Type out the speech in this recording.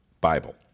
Bible